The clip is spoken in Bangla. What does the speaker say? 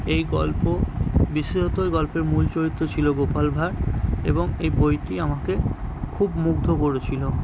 এই গল্প বিশেষত ওই গল্পের মূল চরিত্র ছিল গোপাল ভাঁড় এবং এই বইটি আমাকে খুব মুগ্ধ করেছিল